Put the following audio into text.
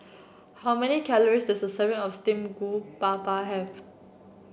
how many calories does a serving of steamed Groupapa have